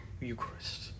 Eucharist